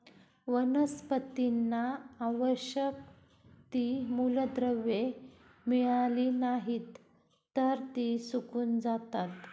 वनस्पतींना आवश्यक ती मूलद्रव्ये मिळाली नाहीत, तर ती सुकून जातात